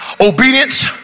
obedience